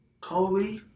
Kobe